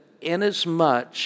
inasmuch